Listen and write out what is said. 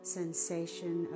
sensation